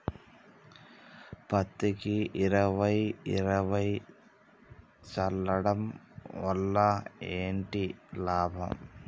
పత్తికి ఇరవై ఇరవై చల్లడం వల్ల ఏంటి లాభం?